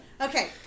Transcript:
Okay